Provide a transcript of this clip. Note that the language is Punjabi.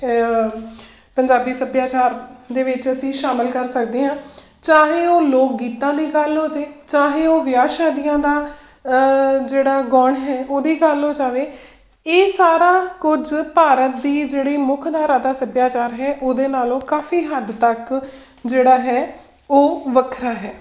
ਪੰਜਾਬੀ ਸੱਭਿਆਚਾਰ ਦੇ ਵਿੱਚ ਅਸੀਂ ਸ਼ਾਮਲ ਕਰ ਸਕਦੇ ਹਾਂ ਚਾਹੇ ਉਹ ਲੋਕ ਗੀਤਾਂ ਦੀ ਗੱਲ ਹੋ ਜਾਵੇ ਚਾਹੇ ਉਹ ਵਿਆਹ ਸ਼ਾਦੀਆਂ ਦਾ ਜਿਹੜਾ ਗਾਉਣ ਹੈ ਉਹਦੀ ਗੱਲ ਹੋ ਜਾਵੇ ਇਹ ਸਾਰਾ ਕੁਝ ਭਾਰਤ ਦੀ ਜਿਹੜੀ ਮੁੱਖ ਧਾਰਾ ਦਾ ਸੱਭਿਆਚਾਰ ਹੈ ਉਹਦੇ ਨਾਲੋਂ ਕਾਫੀ ਹੱਦ ਤੱਕ ਜਿਹੜਾ ਹੈ ਉਹ ਵੱਖਰਾ ਹੈ